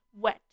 wet